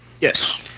Yes